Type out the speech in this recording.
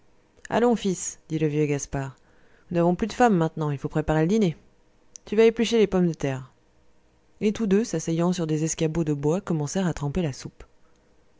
allons fils dit le vieux gaspard nous n'avons plus de femme maintenant il faut préparer le dîner tu vas éplucher les pommes de terre et tous deux s'asseyant sur des escabeaux de bois commencèrent à tremper la soupe